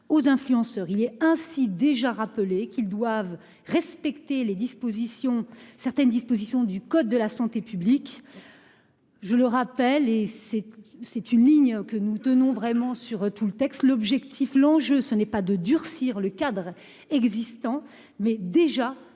aux influenceurs. Il est ainsi déjà rappelé qu'ils doivent respecter les dispositions, certaines dispositions du code de la santé publique. Je le rappelle et c'est c'est une ligne que nous tenons vraiment sur tout le texte l'objectif l'enjeu ce n'est pas de durcir le cadre existant, mais déjà